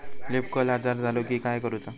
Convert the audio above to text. Leaf curl आजार झालो की काय करूच?